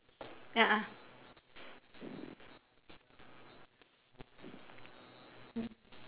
a'ah